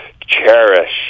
cherish